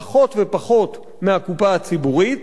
פחות ופחות מהקופה הציבורית.